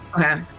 Okay